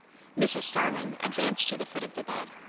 mrs. starling advanced to the foot of the bed,